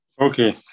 Okay